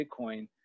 Bitcoin